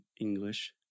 English